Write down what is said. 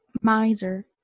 Miser